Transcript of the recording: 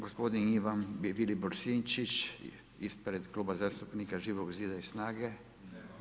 Gospodin Ivan Vilibor Sinčić ispred Kluba zastupnika Živog zida i SNAGA-e.